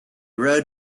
rode